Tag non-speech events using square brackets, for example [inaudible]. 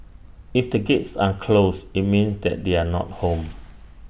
if the gates are closed IT means that they are not home [noise]